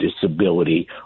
disability